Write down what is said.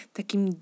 takim